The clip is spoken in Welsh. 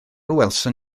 welsom